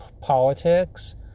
politics